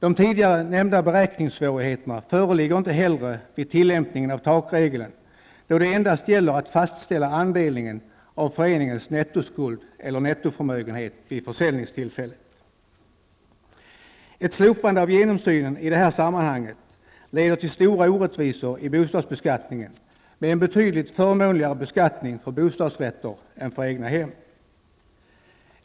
De tidigare nämnda beräkningssvårigheterna föreligger inte heller vid tillämpningen av takregeln, då det endast gäller att fastställa andelen av föreningens nettoskuld eller nettoförmögenhet vid försäljningstillfället. Ett slopande av genomsynen i det här sammanhanget leder till stora orättvisor i bostadsbeskattningen med en betydligt förmånligare beskattning för bostadsrätter än för egnahem.